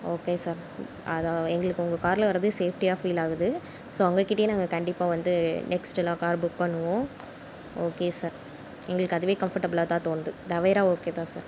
okay sir அதுதான் உங்கள் காரில் வரது சேஃப்ட்டியாக ஃபீல் ஆகுது ஸோ உங்கள் கிட்டேயே கண்டிப்பாக வந்து நெக்ஸ்ட்டு எல்லா காரும் புக் பண்ணுவோம் ஓகே சார் எங்களுக்கு அதுவே கம்ஃபடபுலாக தான் தோணுது தவேரா ஓகே தான் சார்